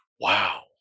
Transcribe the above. Wow